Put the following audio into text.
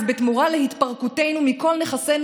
אז בתמורה להתפרקותנו מכל נכסינו